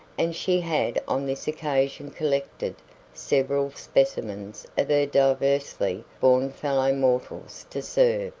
and she had on this occasion collected several specimens of her diversely born fellow mortals to serve,